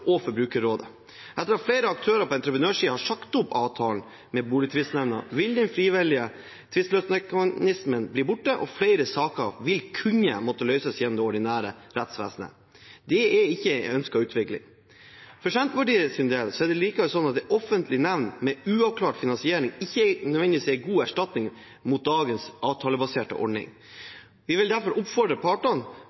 og Forbrukerrådet. Etter at flere aktører på entreprenørsiden har sagt opp avtalen med Boligtvistnemnda, vil den frivillige tvisteløsningsmekanismen bli borte, og flere saker vil kunne måtte løses gjennom det ordinære rettsvesenet. Det er ikke en ønsket utvikling. For Senterpartiets del er det likevel slik at en offentlig nemnd med uavklart finansiering ikke nødvendigvis er en god erstatning for dagens avtalebaserte ordning.